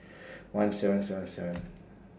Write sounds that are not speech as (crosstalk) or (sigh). one seven seven seven (noise)